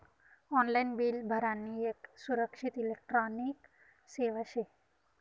online bill भरानी येक सुरक्षित इलेक्ट्रॉनिक सेवा शे